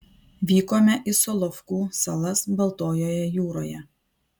vykome į solovkų salas baltojoje jūroje